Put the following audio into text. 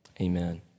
amen